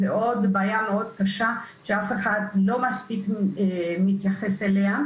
זה עוד בעיה מאוד קשה שאף אחד לא מספיק מתייחס אליה,